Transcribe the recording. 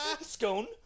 Scone